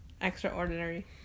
Extraordinary